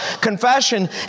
Confession